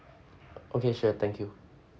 okay sure thank you